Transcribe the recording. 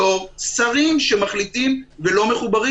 לא שרים שמחליטים ולא מחוברים.